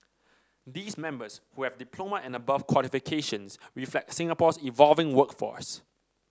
these members who have diploma and above qualifications reflect Singapore's evolving workforce